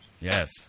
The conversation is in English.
Yes